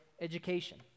education